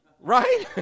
Right